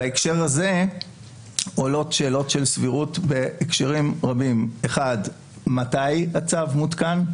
בהקשר הזה עולות שאלות של סבירות בהקשרים רבים: מתי הצו מותקן,